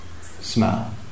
smell